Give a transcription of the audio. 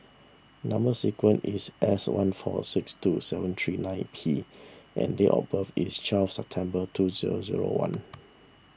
Number Sequence is S one four six two seven three nine P and date of birth is twelve September two zero zero one